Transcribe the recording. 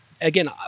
again